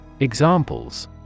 Examples